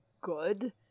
good